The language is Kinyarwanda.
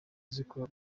zikora